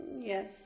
Yes